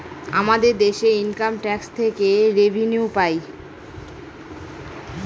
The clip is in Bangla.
আমাদের দেশে ইনকাম ট্যাক্স থেকে রেভিনিউ পাই